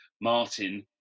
Martin